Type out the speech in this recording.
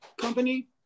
company